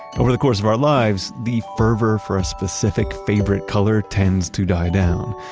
over the course of our lives, the fervor for a specific favorite color tends to die down.